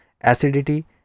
acidity